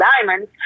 diamonds